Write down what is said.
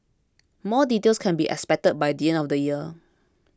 more details can be expected by the end of the year